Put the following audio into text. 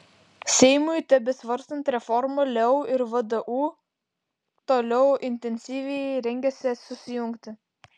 seimui tebesvarstant reformą leu ir vdu toliau intensyviai rengiasi susijungti